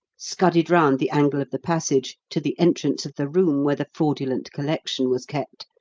scudded round the angle of the passage to the entrance of the room where the fraudulent collection was kept,